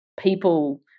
people